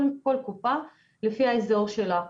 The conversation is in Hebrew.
כל קופת חולים לפי האזור שלה.